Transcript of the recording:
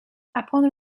upon